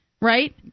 right